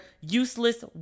useless